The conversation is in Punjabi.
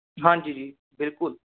ਹਾਂਜੀ ਜੀ ਬਿਲਕੁਲ